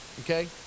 okay